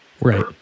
right